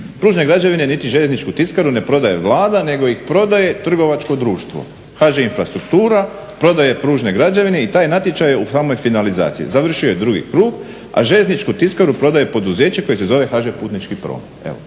"Pružne građevine niti željezničku tiskaru ne prodaje Vlada, nego ih prodaje trgovačko društvo, HŽ infrastruktura prodaje pružne građevine i taj je natječaj je u samoj finalizaciji. Završio je drugi krug, a željezničku tiskaru prodaje poduzeće koje se zove HŽ putnički promet.".